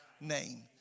name